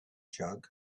jug